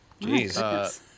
Jeez